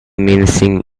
menacing